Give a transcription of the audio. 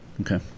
Okay